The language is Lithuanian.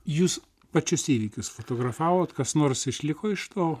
jūs pačius įvykius juk jūs fotografavote kas nors išliko iš to